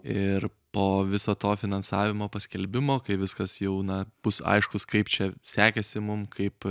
ir po viso to finansavimo paskelbimo kai viskas jau na bus aiškūs kaip čia sekėsi mum kaip